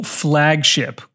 flagship